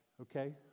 Okay